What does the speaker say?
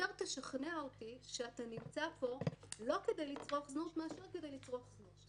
יותר תשכנע אותי שאתה נמצא פה לא כדי לצרוך זנות מאשר כדי לצרוך זנות.